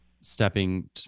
stepping